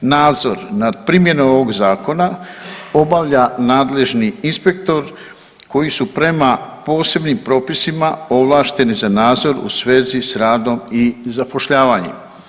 Nadzor nad primjenom ovog zakona obavlja nadležni inspektor koji su prema posebnim propisima ovlašteni za nadzor u svezi sa radom i zapošljavanjem.